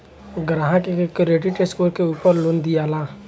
ग्राहक के credit score के उपर लोन दियाला